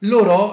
Loro